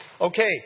Okay